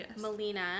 Melina